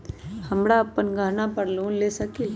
हम अपन गहना पर लोन ले सकील?